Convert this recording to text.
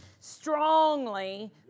strongly